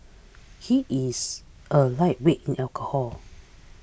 he is a lightweight in alcohol